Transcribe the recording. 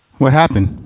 what happened.